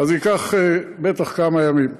אז זה ייקח בטח כמה ימים.